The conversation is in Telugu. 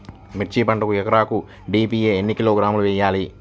మిర్చి పంటకు ఎకరాకు డీ.ఏ.పీ ఎన్ని కిలోగ్రాములు వేయాలి?